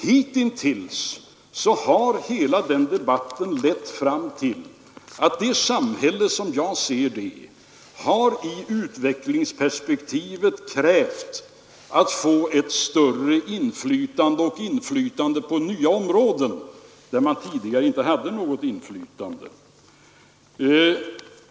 Hitintills har den debatten lett fram till att detta samhälle, som jag ser det, har i utvecklingsperspektivet krävt att få ett större inflytande och ett inflytande på nya områden där 99 man tidigare inte hade något inflytande.